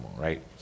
right